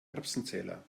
erbsenzähler